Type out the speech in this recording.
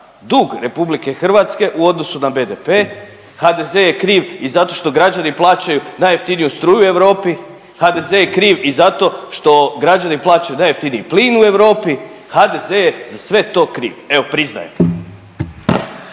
dug Republike Hrvatske u odnosu na BDP, HDZ je kriv i zato što građani plaćaju najjeftiniju struju u Europi, HDZ je kriv i zato što građani plaćaju najjeftiniji plin u Europi, HDZ je za sve to kriv evo priznajem.